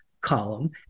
column